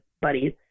buddies